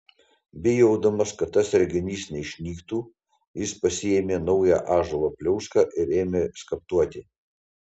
bijodamas kad tas reginys neišnyktų jis pasiėmė naują ąžuolo pliauską ir ėmė skaptuoti